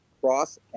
Cross